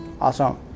Awesome